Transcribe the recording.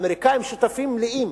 האמריקנים שותפים מלאים